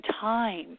time